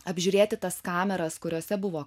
apžiūrėti tas kameras kuriose buvo